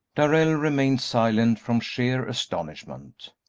darrell remained silent from sheer astonishment.